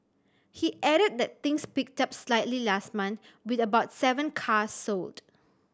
he added that things picked up slightly last month with about seven cars sold